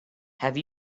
have